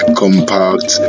compact